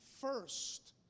first